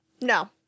No